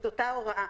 אותה הוראה.